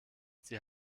sie